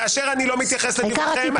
כאשר אני לא מתייחס לדבריכם,